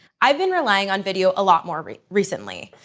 i've been relying on video a lot more recently.